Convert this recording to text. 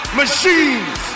machines